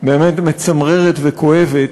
באמת מצמררת וכואבת.